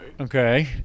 okay